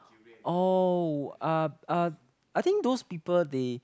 oh uh uh I think those people they